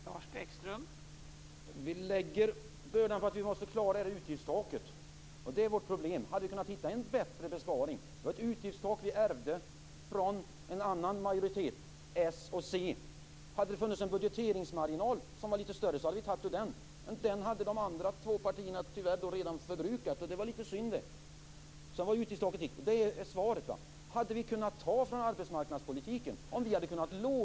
Fru talman! Vi lägger bördan därför att vi måste klara utgiftstaket. Det är vårt problem. Det var ett utgiftstak vi ärvde från en annan majoritet, Socialdemokraterna och Centern. Om det hade funnit en lite större budgeteringsmarginal, hade vi tagit ur den. Men den hade de andra två partierna tyvärr redan förbrukat. Det var lite synd. Detta är svaret.